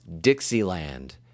Dixieland